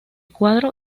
cuadro